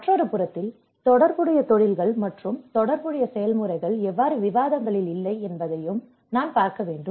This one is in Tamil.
மற்றொரு புறத்தில் தொடர்புடைய தொழில்கள் மற்றும் தொடர்புடைய செயல்முறைகள் எவ்வாறு விவாதங்களில் இல்லை என்பதையும் நான் பார்க்க வேண்டும்